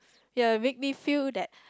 ya make me feel that